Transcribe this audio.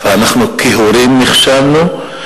אנחנו כהורים נכשלנו,